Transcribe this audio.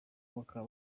bakaba